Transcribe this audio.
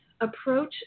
approach